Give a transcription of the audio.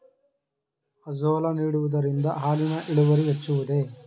Azolla ನೀಡುವುದರಿಂದ ಹಾಲಿನ ಇಳುವರಿ ಹೆಚ್ಚುವುದೇ?